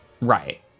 right